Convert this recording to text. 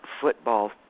football